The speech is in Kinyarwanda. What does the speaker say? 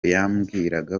yambwiraga